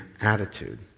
attitude